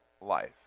life